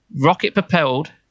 rocket-propelled